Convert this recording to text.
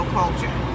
culture